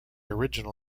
original